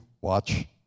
watch